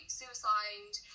suicide